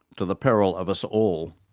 to the peril of us all.